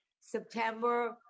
September